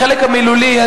החלק המילולי,